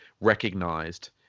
recognized